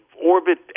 orbit